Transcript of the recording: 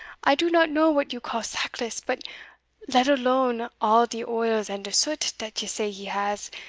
i do not know what you call sackless but let alone all de oils and de soot dat you say he has,